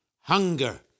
hunger